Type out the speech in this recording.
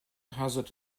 hazard